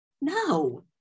No